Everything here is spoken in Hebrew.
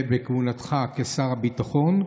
בכהונתך כשר הביטחון?